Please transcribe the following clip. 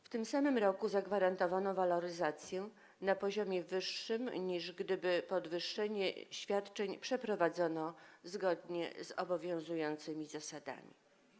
W tym samym roku zagwarantowano waloryzację na poziomie wyższym niż gdyby podwyższenie świadczeń przeprowadzono zgodnie z obowiązującymi zasadami.